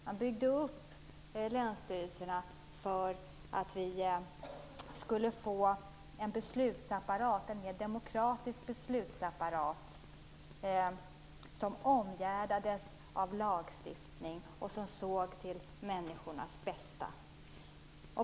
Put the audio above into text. Man byggde upp länsstyrelserna för att vi skulle få en mer demokratisk beslutsapparat som omgärdades av lagstiftning och som såg till människornas bästa.